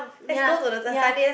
ya ya